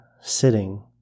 sitting